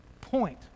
point